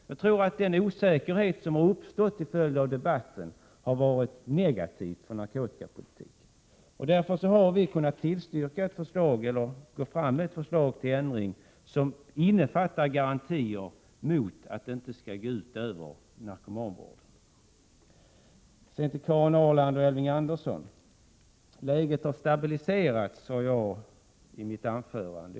Jag tror att den osäkerhet som har uppstått till följd av debatten har varit negativ för narkotikapolitiken. Därför har vi kunnat lägga fram ett förslag till ändring som innefattar garantier för att effekterna inte skall gå ut över narkomanvården. Sedan till Karin Ahrland och Elving Andersson. Läget har stabiliserats, sade jag i mitt första anförande.